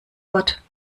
wort